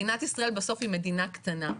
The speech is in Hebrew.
מדינת ישראל בסוף היא מדינה קטנה.